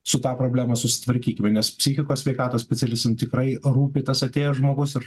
su ta problema susitvarkykime nes psichikos sveikatos specialistam tikrai rūpi tas atėjęs žmogus ir